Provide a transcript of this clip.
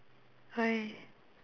why